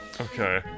Okay